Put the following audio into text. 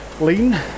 lean